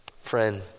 Friend